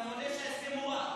אתה מודה שההסכם הוא רע?